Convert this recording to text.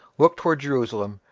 looked towards jerusalem,